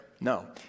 No